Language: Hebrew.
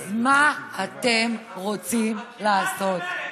אז מה אתם רוצים לעשות?